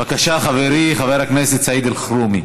בבקשה, חברי חבר הכנסת סעיד אלחרומי.